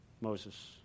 Moses